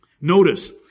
Notice